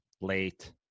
late